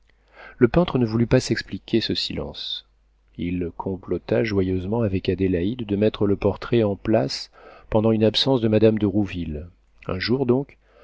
le peintre ne voulut pas s'expliquer ce silence il complota joyeusement avec adélaïde de mettre le portrait en place pendant une absence de madame de rouville un jour donc